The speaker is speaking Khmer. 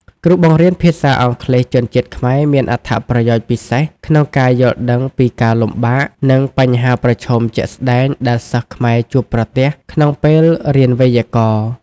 គ្រូបង្រៀនភាសាអង់គ្លេសជនជាតិខ្មែរមានអត្ថប្រយោជន៍ពិសេសក្នុងការយល់ដឹងពីការលំបាក និងបញ្ហាប្រឈមជាក់ស្តែងដែលសិស្សខ្មែរជួបប្រទះក្នុងពេលរៀនវេយ្យាករណ៍។